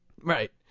Right